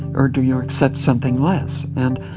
or do you accept something less? and